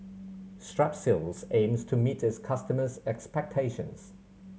strepsils aims to meet its customers' expectations